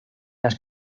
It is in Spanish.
las